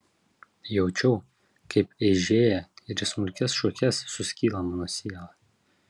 jaučiau kaip eižėja ir į smulkias šukes suskyla mano siela